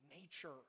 nature